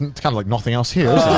and kind of like nothing else here.